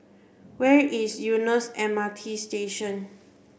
where is Eunos M R T Station